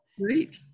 Great